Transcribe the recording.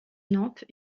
lampe